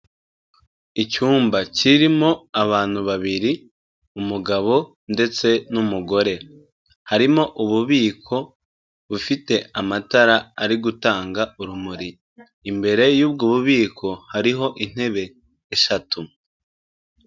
Icyumba kirimo abantu babiri umugabo ndetse n'umugore, harimo ububiko bufite amatara ari gutanga urumuri, imbere y'ubwo bubiko hariho intebe eshatu.